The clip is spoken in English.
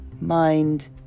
mind